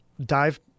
dive